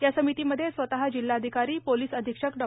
या समितीमध्ये स्वतः जिल्हाधिकारी पोलीस अधीक्षक डॉ